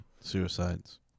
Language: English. suicides